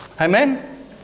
Amen